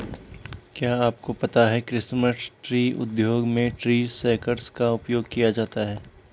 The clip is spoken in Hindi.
क्या आपको पता है क्रिसमस ट्री उद्योग में ट्री शेकर्स का उपयोग किया जाता है?